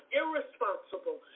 irresponsible